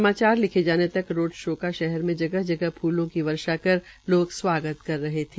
समाचार लिखे जाने तक रोड शो का शहर मे जगह जगह फूलो की वर्षा कर लोग स्वागत कर रहे थे